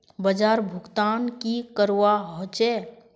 बाजार भुगतान की करवा होचे?